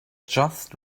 just